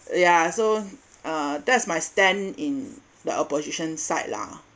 yeah so uh that's my stand in the opposition side lah